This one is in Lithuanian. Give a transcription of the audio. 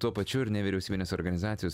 tuo pačiu ir nevyriausybinės organizacijos